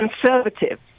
conservative